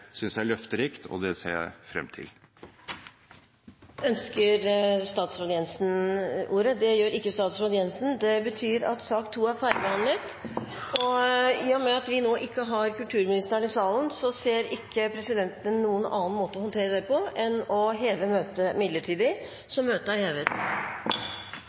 synes jeg er løfterikt, og det ser jeg frem til. Dermed er debatten i sak nr. 2 avsluttet. I og med at kulturministeren ikke er i salen, ser ikke presidenten noen annen måte å håndtere det på enn å heve møtet midlertidig. – Det anses vedtatt. Møtet avbrutt kl. 11.23. Stortinget gjenopptok sine forhandlinger kl. 11.26 Kulturministeren er